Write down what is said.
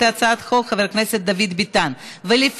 ועוברת לוועדת הכלכלה להכנה לקריאה שנייה ושלישית.